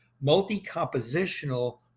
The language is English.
multi-compositional